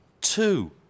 two